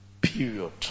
period